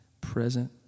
present